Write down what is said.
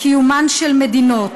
קיומן של מדינות.